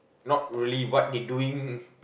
not really what they doing